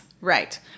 right